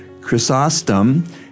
Chrysostom